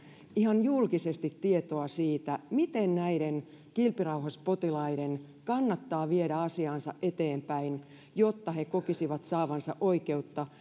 ihan julkisesti tietoa siitä miten näiden kilpirauhaspotilaiden kannattaa viedä asiaansa eteenpäin jotta he kokisivat saavansa oikeutta